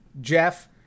Jeff